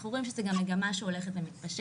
אנחנו רואים שזו גם מגמה שהולכת ומתפשטת.